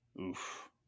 Oof